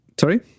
Sorry